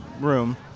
room